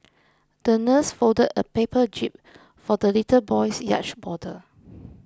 the nurse folded a paper jib for the little boy's yacht model